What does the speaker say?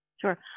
Sure